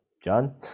John